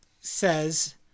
says